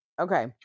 Okay